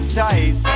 tight